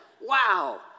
Wow